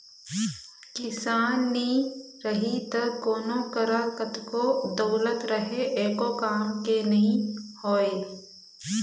किसान नी रही त कोनों करा कतनो दउलत रहें एको काम के नी होय